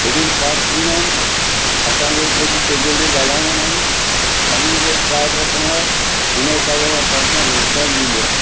bidding cards ईंदा आहिनि असां खे कुझु टेबल ते ॻाल्हाइणो नाहे ख़ाली उहो कार्ड रखिणो आहे उन हिसाब सां पार्ट्नर रिस्पॉन्स ॾींदो आहे